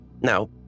Now